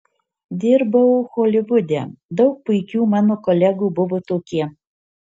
dirbau holivude daug puikių mano kolegų buvo tokie